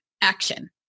action